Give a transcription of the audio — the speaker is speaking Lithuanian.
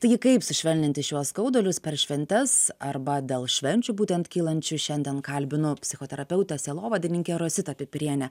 taigi kaip sušvelninti šiuos skaudulius per šventes arba dėl švenčių būtent kylančių šiandien kalbinu psichoterapeutę sielovadininkę rositą pipirienę